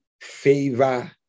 Favor